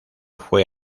fue